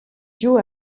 joue